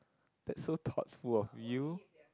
that's so thoughtful of you